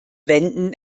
wenden